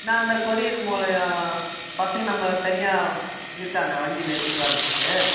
நான் இந்த கொரியர் மூலயம் பசங்கள் நம்ம தனியாக இருக்காங்க வண்டியில் எடுத்துட்டு வர்றத்துக்கு